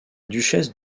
duchesse